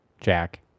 Jack